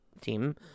team